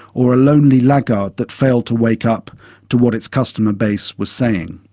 or a lonely laggard that failed to wake up to what its customer base was saying.